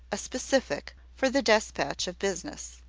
a specific for the despatch of business.